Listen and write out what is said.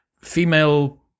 female